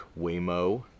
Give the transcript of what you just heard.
Waymo